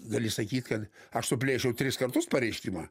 gali sakyt kad aš suplėšiau tris kartus pareiškimą